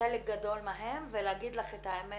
חלק גדול מהן ולהגיד לך את האמת,